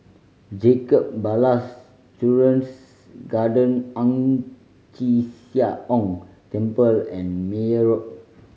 Jacob Ballas Children's Garden Ang Chee Sia Ong Temple and Meyer Road